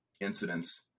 incidents